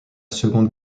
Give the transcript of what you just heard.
seconde